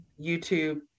YouTube